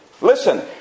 Listen